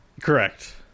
Correct